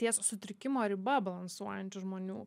ties sutrikimo riba balansuojančių žmonių